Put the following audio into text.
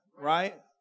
right